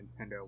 Nintendo